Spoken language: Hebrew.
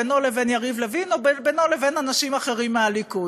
בינו לבין יריב לוין או בינו לבין אנשים אחרים מהליכוד.